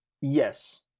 yes